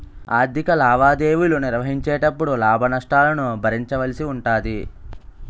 ఆర్ధిక లావాదేవీలు నిర్వహించేటపుడు లాభ నష్టాలను భరించవలసి ఉంటాది